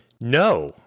No